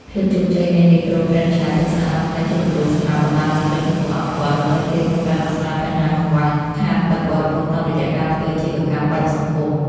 ភាពជោគជ័យនៃមីក្រូហ្វ្រេនឆាយទឹកស្អាត បានក្លាយជាគំរូសម្រាប់បណ្ដាប្រទេសកំពុងអភិវឌ្ឍន៍ដទៃទៀត ក្នុងការដោះស្រាយបញ្ហាកង្វះខាតទឹកបរិភោគតាមរយៈការធ្វើអាជីវកម្មបែបសង្គម។